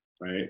right